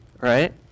Right